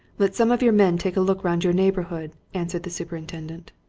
let some of your men take a look round your neighbourhood, answered the superintendent.